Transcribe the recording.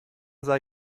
sei